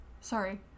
Sorry